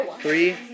Three